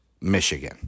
Michigan